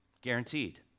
Guaranteed